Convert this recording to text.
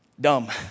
dumb